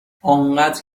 انقدر